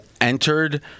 entered